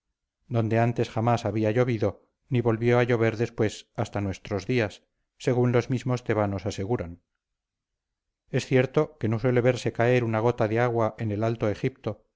donde antes jamás había llovido ni volvió a llover después hasta nuestros días según los mismos tebanos aseguran es cierto que no suele verse caer una gota de agua en el alto egipto